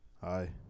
Hi